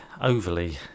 overly